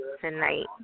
tonight